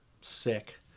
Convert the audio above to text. sick